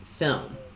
film